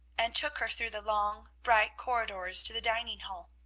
and took her through the long, bright corridors to the dining-hall.